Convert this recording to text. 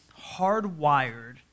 hardwired